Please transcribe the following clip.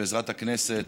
בעזרת הכנסת,